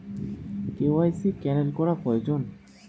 KYC cancel করা প্রয়োজন?